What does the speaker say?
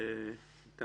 גם